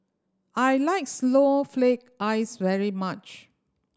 I like snowflake ice very much